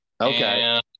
okay